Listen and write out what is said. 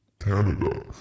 Canada